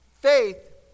Faith